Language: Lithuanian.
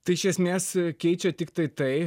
tai iš esmės keičia tiktai tai